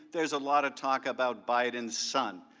there is a lot of talk about biden's son,